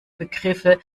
begriffe